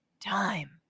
Time